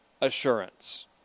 assurance